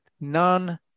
none